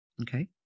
Okay